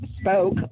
spoke